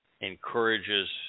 encourages